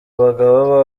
bagabo